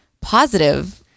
positive